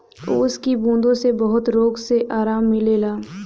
ओस की बूँदो से बहुत रोग मे आराम मिलेला